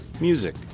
music